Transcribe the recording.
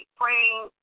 praying